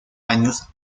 años